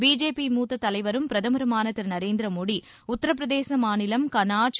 BJP மூத்த தலைவரும் பிரதமருமான திரு நரேந்திர மோடி உத்தரப்பிரதேச மாநிலம் கண்ணாஜ்